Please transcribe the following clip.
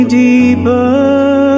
deeper